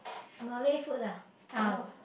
Malay food ah uh